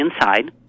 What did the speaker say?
Inside –